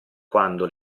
quando